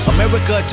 America